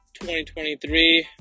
2023